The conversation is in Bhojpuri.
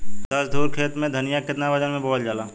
दस धुर खेत में धनिया के केतना वजन मे बोवल जाला?